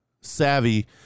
savvy